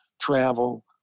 travel